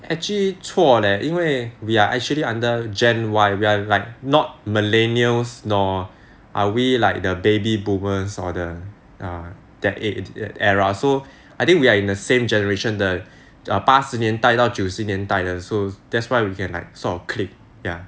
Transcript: actually 错 leh 因为 we are actually under gen Y we are like not millennials nor are we like the baby boomers or the err that age era so I think we are in the same generation 的八十年代到九十年代的 so that's why we can like sort of click ya